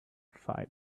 file